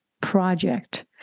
project